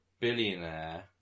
billionaire